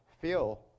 feel